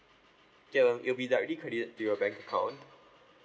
okay um it'll be directly credited to your bank account